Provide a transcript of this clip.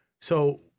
So-